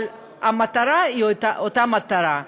אבל המטרה היא אותה מטרה.